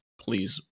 please